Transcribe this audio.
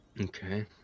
Okay